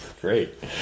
Great